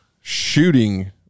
shooting